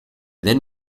then